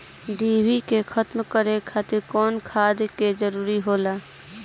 डिभी के खत्म करे खातीर कउन खाद के जरूरत होला?